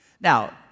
Now